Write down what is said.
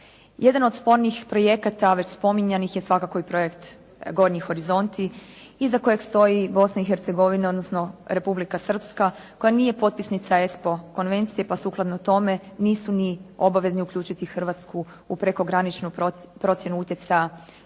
Jedan od spornih projekata već spominjanih je svakako i projekt gornji horizonti iza kojeg stoji Bosna i Hercegovina, odnosno Republika Srpska koja nije potpisnica ESPO konvencije, pa sukladno tome nisu ni obavezni uključiti Hrvatsku u prekograničnu procjenu utjecaja